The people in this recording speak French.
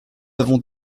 avons